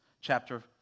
chapter